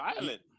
violent